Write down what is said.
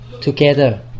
together